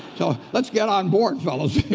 so let's get on board, fellas.